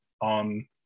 on